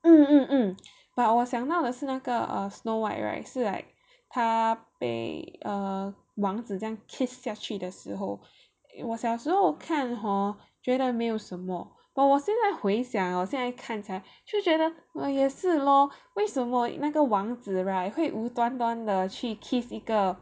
hmm hmm but 我想到的是那个 err Snow White right 是 like 他被 err 王子这样 kiss 下去的时候我小时候看 hor 觉得没有什么 but 我现在回想 hor 现在看起来就觉得那也是 lor 为什么那个王子 right 会无端端的去 kiss 一个